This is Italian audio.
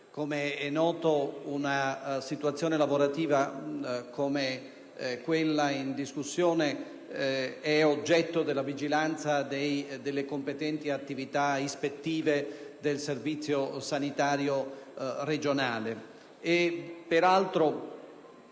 Come è noto, una situazione lavorativa come quella in discussione è oggetto della vigilanza e delle attività ispettive del Servizio sanitario regionale.